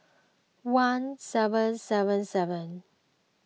one seven seven seven